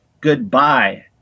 goodbye